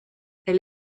elle